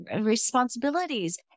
responsibilities